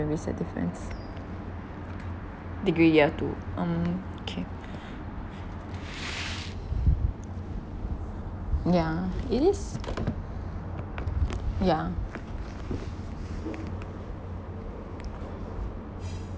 there is a difference degree year two um kay yeah it is yeah